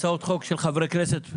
הצעות חוק של חברי כנסת,